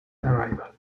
arrival